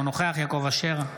אינו נוכח יעקב אשר,